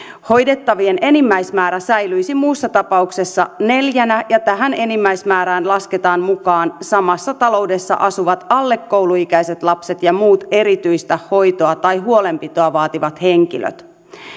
hoidettavien enimmäismäärä säilyisi muussa tapauksessa neljänä ja tähän enimmäismäärään lasketaan mukaan samassa taloudessa asuvat alle kouluikäiset lapset ja muut erityistä hoitoa tai huolenpitoa vaativat henkilöt